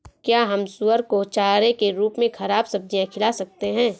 क्या हम सुअर को चारे के रूप में ख़राब सब्जियां खिला सकते हैं?